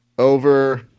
Over